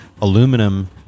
aluminum